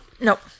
Nope